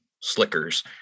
slickers